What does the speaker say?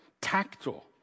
tactile